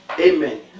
amen